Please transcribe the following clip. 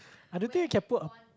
I don't think you can put a